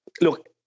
look